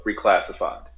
reclassified